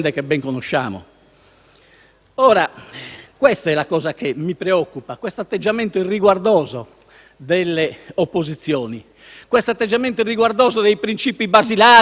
Ora, questa è la cosa che mi preoccupa: questo atteggiamento irriguardoso delle opposizioni, irriguardoso dei principi basilari del nostro ordinamento.